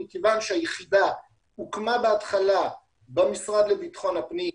מכיוון שהיחידה הוקמה בהתחלה במשרד לביטחון הפנים,